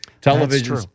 television